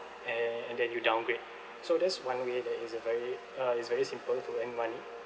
and and then you downgrade so there's one way that it's a very uh it's very simple to earn money